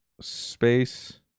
space